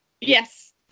yes